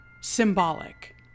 symbolic